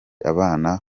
abana